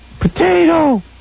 Potato